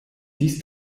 ist